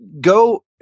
go